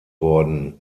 worden